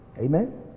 Amen